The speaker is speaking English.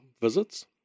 visits